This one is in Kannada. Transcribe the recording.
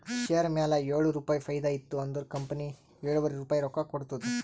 ಶೇರ್ ಮ್ಯಾಲ ಏಳು ರುಪಾಯಿ ಫೈದಾ ಇತ್ತು ಅಂದುರ್ ಕಂಪನಿ ಎಳುವರಿ ರುಪಾಯಿ ರೊಕ್ಕಾ ಕೊಡ್ತುದ್